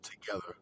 together